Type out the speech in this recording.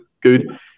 good